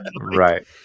right